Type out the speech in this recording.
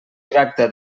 tracta